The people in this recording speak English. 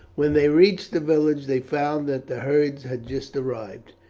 when they reached the village they found that the herds had just arrived.